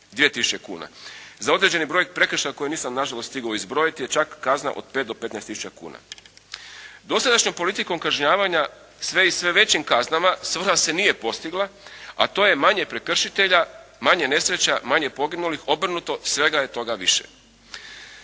Za određeni broj prekršaja koje nisam, nažalost stigao izbrojiti je čak kazna od 5 do 15 tisuća kuna. Dosadašnjom politikom kažnjavanja i sve većim kaznama svrha se nije postigla, a to je manje prekršitelja, manje nesreća, manje poginulih, obrnuto, svega je toga više.